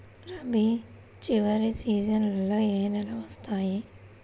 రబీ చివరి సీజన్లో ఏ నెలలు వస్తాయి?